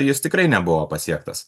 jis tikrai nebuvo pasiektas